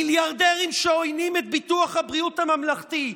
מיליארדים שעוינים את ביטוח הבריאות הממלכתי,